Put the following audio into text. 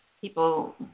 people